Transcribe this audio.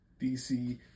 dc